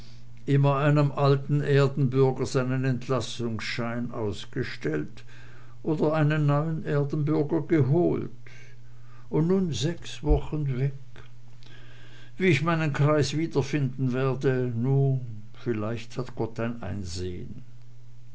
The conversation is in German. immer einem alten erdenbürger seinen entlassungsschein ausgestellt oder einen neuen erdenbürger geholt und nun sechs wochen weg wie ich meinen kreis wiederfinden werde nu vielleicht hat gott ein einsehen